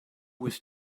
was